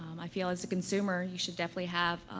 i feel, as a consumer, you should definitely have,